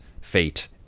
fate